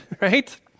right